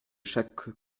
chaque